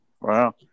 Wow